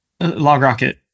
LogRocket